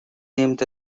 named